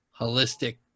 holistic